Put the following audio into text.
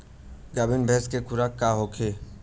गाभिन भैंस के खुराक का होखे?